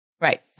Right